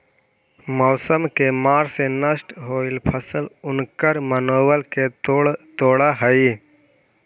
मौसम के मार से नष्ट होयल फसल उनकर मनोबल के न तोड़ हई